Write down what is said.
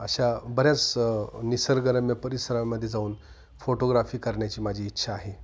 अशा बऱ्याच निसर्गरम्य परिसरामध्ये जाऊन फोटोग्राफी करण्याची माझी इच्छा आहे